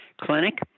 clinic